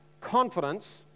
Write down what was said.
confidence